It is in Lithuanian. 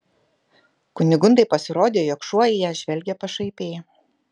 kunigundai pasirodė jog šuo į ją žvelgia pašaipiai